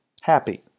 happy